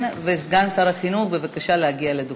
סגן שר החינוך, בבקשה להגיע לדוכן.